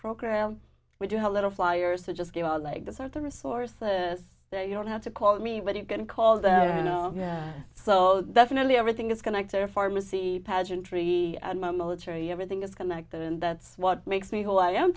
program we do have little flyers to just give our like to certain resources that you don't have to call me but you can call that i know so definitely everything is connected or pharmacy pageantry at my military everything is connected and that's what makes me who i am